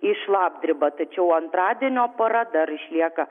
į šlapdribą tačiau antradienio para dar išlieka